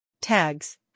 Tags